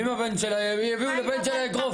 ואם זה הבן שלה, יביאו לבן שלה אגרוף.